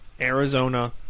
Arizona